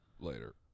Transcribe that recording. Later